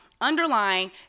underlying